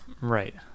Right